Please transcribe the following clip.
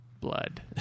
blood